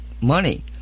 money